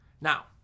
Now